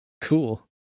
Cool